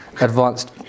advanced